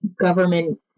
government